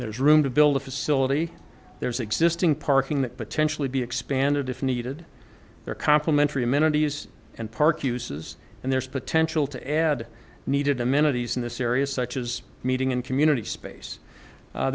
there's room to build a facility there's existing parking that potentially be expanded if needed they're complementary amenities and park uses and there is potential to add needed amenities in this area such as meeting in community space